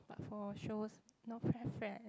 but for shows no preference